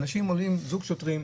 עולים זוג שוטרים,